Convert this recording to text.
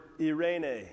irene